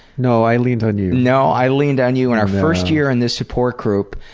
no, i leaned on you. no, i leaned on you. and our first year in the support group.